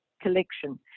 collection